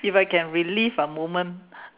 if I can relive a moment